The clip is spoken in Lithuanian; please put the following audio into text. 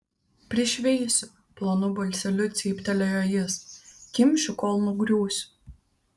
prišveisiu plonu balseliu cyptelėjo jis kimšiu kol nugriūsiu